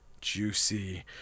juicy